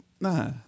Nah